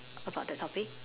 about the topic